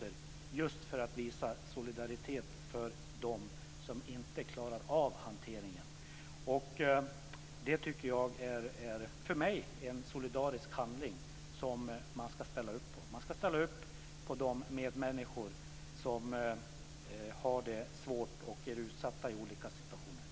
Det bör man göra just för att visa solidaritet med dem som inte klarar av hanteringen. Det är för mig en solidarisk handling som man ska ställa upp på. Man ska ställa upp på de medmänniskor som har det svårt och är utsatta i olika situationer.